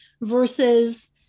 versus